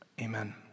Amen